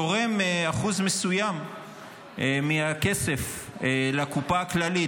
תורם אחוז מסוים מהכסף לקופה הכללית,